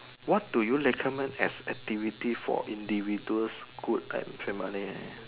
what do you recommend as activity for individuals good and family